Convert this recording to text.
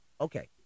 okay